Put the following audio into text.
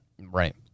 Right